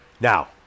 Now